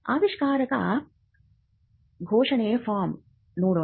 ಆವಿಷ್ಕಾರ ಘೋಷಣೆ ಫಾರ್ಮ್ ನೋಡೋಣ